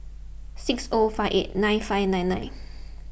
six O five eight nine five nine nine